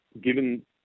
given